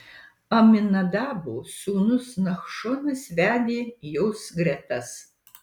aminadabo sūnus nachšonas vedė jos gretas